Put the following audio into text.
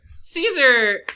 Caesar